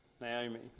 Naomi